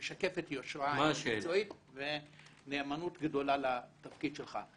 שמשקפת יושרה מקצועית ונאמנות גדולה לתפקיד שלך.